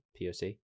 POC